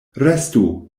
restu